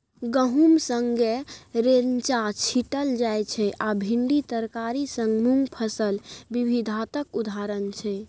गहुम संगै रैंचा छीटल जाइ छै आ भिंडी तरकारी संग मुँग फसल बिबिधताक उदाहरण छै